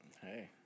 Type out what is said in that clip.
Hey